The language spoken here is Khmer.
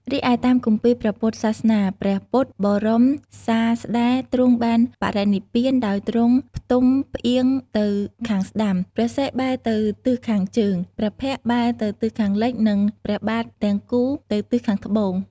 រីឯតាមគម្ពីរព្រះពុទ្ធសាសនា ព្រះពុទ្ធបរមសាស្តាទ្រង់បានបរិនិព្វានដោយទ្រង់ផ្ទុំផ្អៀងទៅខាងស្តាំ ព្រះសិរ្សបែរទៅទិសខាងជើង ព្រះភ័ក្ត្របែរទៅទិសខាងលិច និងព្រះបាទទាំងគូទៅទិសខាងត្បូង។